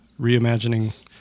reimagining